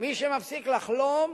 ומי שמפסיק לחלום